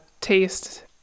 taste